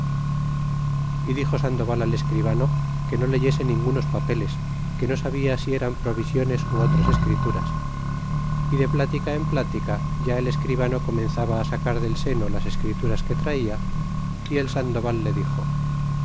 y dixo sandoval al escribano que no leyese ningunos papeles que no sabia si eran provisiones it otras escrituras y de plática en plática ya el escribano comenzaba á sacar del seno las escrituras que traia y el sandoval le dixo